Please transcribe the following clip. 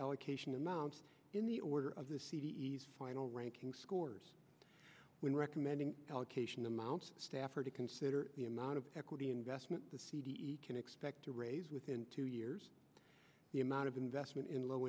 allocation amounts in the order of the c e o s final ranking scores when recommending allocation amounts staff are to consider the amount of equity investment the c d e can expect to raise within two years the amount of investment in low